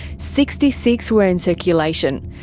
sixty six were in circulation.